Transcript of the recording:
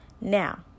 now